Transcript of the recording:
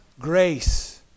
grace